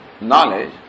knowledge